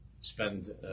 spend